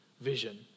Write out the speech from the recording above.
vision